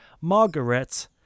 Margaret